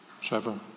Trevor